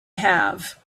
have